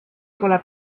pole